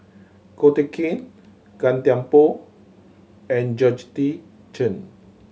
Ko Teck Kin Gan Thiam Poh and Georgette Chen